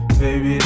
baby